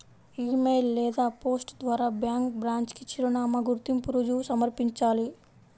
ఇ mail లేదా post ద్వారా bank branch కి చిరునామా, గుర్తింపు రుజువు సమర్పించాలి